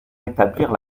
rétablir